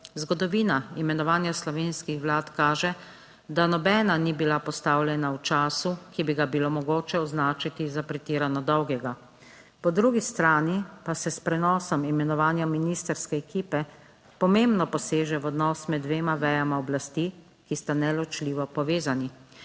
Zgodovina imenovanja slovenskih vlad kaže, da nobena ni bila postavljena v času, ki bi ga bilo mogoče označiti za pretirano dolgega. Po drugi strani pa se s prenosom imenovanja ministrske ekipe pomembno poseže v odnos med dvema vejama oblasti, ki sta neločljivo povezani.